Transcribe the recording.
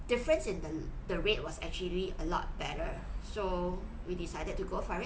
difference in the the rate was actually a lot better so we decided to go for it